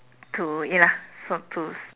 to ya lah so to